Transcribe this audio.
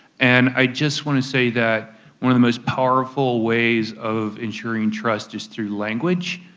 and i just want to say that one of the most powerful ways of ensuring trust is through language.